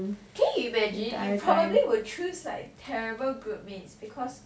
can you imagine I probably would choose like terrible group mates because